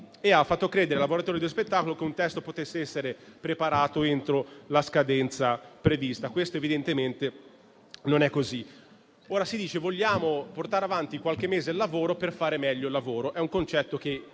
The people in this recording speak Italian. e ha fatto credere ai lavoratori dello spettacolo che un testo potesse essere preparato entro la scadenza prevista. Questo evidentemente non è così. Ora si dice che si vuole portare avanti qualche mese il lavoro per farlo meglio. È un concetto che